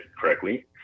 correctly